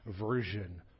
version